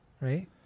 right